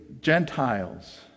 Gentiles